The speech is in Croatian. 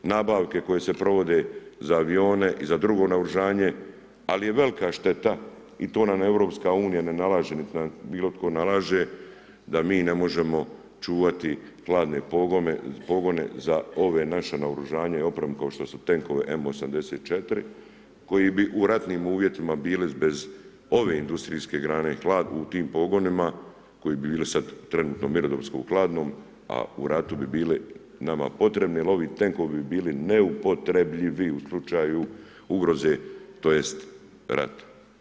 Nabavke koje se provode za avione i za drugo naoružanje, ali je velika šteta i to nam EU ne nalaže, niti nam bilo tko nalaže da mi ne možemo čuvati hladne pogone za ove naše naoružanje i opremu kao što su tenkove M84 koji bi u ratnim uvjetima bili bez ove industrijske grane u tim pogonima, koji bi bili trenutno sad u, ... a u ratu bi bili nama potrebni jer ovi tenkovi bi bili neupotrebljivi u slučaju ugroze, tj. rat.